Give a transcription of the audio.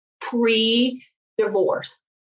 pre-divorce